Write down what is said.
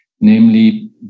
namely